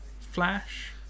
Flash